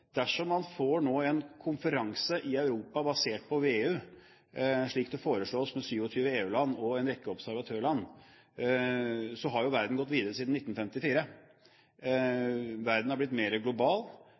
Dersom man nå får en konferanse i Europa, basert på VEU, slik det foreslås, med 27 EU-land og en rekke observatørland, har jo verden gått videre siden 1954.